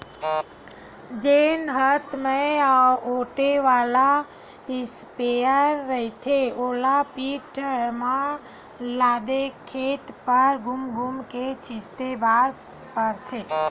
जेन हात म ओटे वाला इस्पेयर रहिथे ओला पीठ म लादके खेत भर धूम धूम के छिते बर परथे